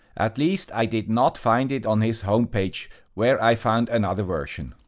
at least, i did not find it on his homepage where i found another version.